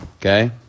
Okay